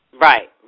Right